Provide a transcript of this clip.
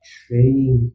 training